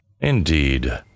Indeed